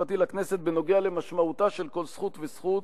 המשפטי לכנסת בנוגע למשמעותה של כל זכות וזכות,